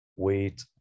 Wait